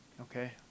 Okay